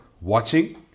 watching